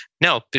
no